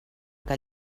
que